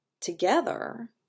together